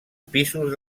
pisos